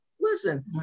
Listen